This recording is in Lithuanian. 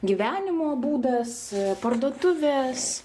gyvenimo būdas parduotuvės